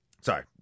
sorry